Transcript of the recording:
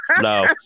No